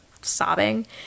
sobbing